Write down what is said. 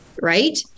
right